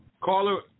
Caller